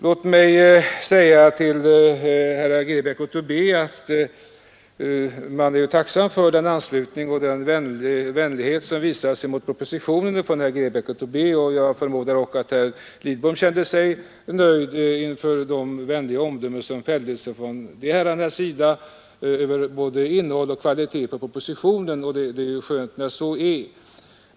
Låt mig till herrar Grebäck och Tobé säga att vi är tacksamma för den anslutning till propositionen som de uttalat. Jag förmodar att herr Lidbom kände sig nöjd inför de vänliga omdömen som herrarna fällde över propositionen. Det är skönt när så är fallet.